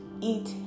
eat